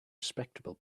respectable